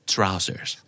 Trousers